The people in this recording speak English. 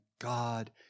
God